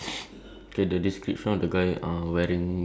no there's a man in behind but no text